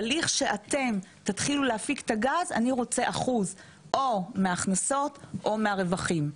אבל כשאתם תתחילו להפיק את הגז אני רוצה אחוז או מההכנסות או מהרווחים.